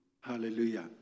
Hallelujah